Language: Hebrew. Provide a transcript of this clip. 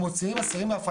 כמו במקומות אחרים,